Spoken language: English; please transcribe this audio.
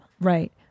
Right